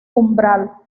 umbral